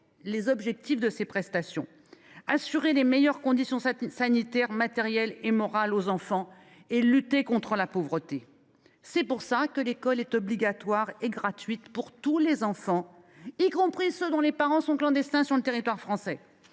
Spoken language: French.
les objectifs de ces prestations ? Assurer les meilleures conditions sanitaires, matérielles et morales aux enfants et lutter contre la pauvreté. C’est pour cela que l’école est obligatoire et gratuite pour tous les enfants, y compris pour ceux dont les parents sont clandestins sur notre territoire, parce